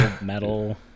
metal